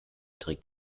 trägt